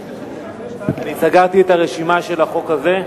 אני סגרתי את הרשימה של הדיון בחוק הזה.